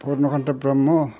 Padmakanta Brahma'